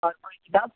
اور کوئی کتاب